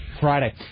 Friday